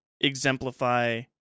exemplify